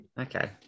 Okay